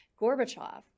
Gorbachev